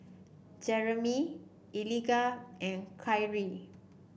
Jeremie Eliga and Kyree